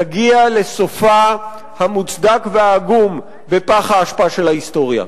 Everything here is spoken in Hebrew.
תגיע לסופה המוצדק והעגום בפח האשפה של ההיסטוריה.